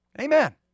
Amen